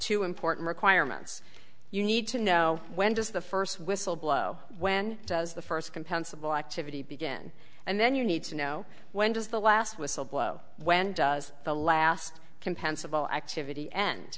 two important requirements you need to know when does the first whistle blow when does the first compensable activity begin and then you need to know when does the last whistle blow when does the last compensable activity end